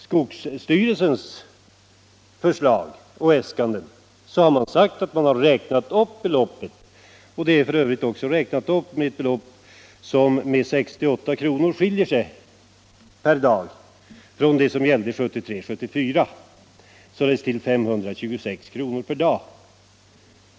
Skogsstyrelsen har nämligen i sina äskanden sagt att man redan har räknat upp beloppet — det är f. ö. också uppräknat med ett belopp som med 68 kr. per dag skiljer sig från vad som gällde under 1973/74, alltså till 526 kr. per dag.